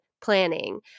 planning